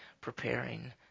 preparing